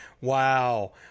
Wow